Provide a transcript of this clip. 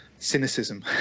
Cynicism